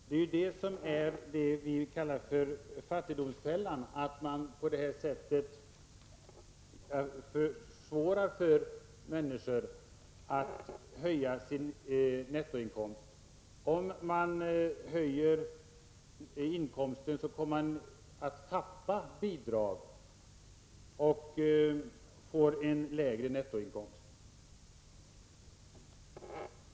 Det är det som vi kallar fattigdomsfällan att man på det här sättet försvårar för människor att höja sin nettoinkomst. Om man höjer inkomsten kommer man att tappa bidrag och får en lägre nettoinkomst.